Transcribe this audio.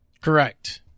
correct